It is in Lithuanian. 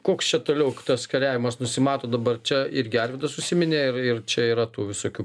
koks čia toliau tas kariavimas nusimato dabar čia irgi arvydas užsiminė ir ir čia yra tų visokių